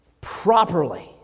properly